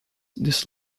this